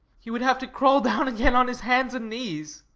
he would have to crawl down again on his hands and knees.